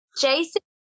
Jason